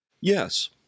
Yes